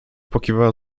pokiwała